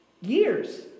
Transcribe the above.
Years